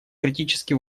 критически